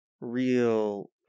Real